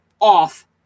off